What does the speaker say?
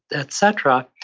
etc,